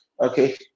okay